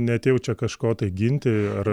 neatėjau čia kažko tai ginti ar